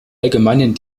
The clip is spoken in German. allgemeinen